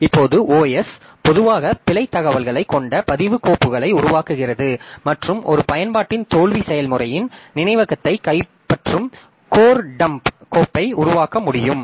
இப்போது OS பொதுவாக பிழைத் தகவல்களைக் கொண்ட பதிவுக் கோப்புகளை உருவாக்குகிறது மற்றும் ஒரு பயன்பாட்டின் தோல்வி செயல்முறையின் நினைவகத்தைக் கைப்பற்றும் கோர் டம்ப் கோப்பை உருவாக்க முடியும்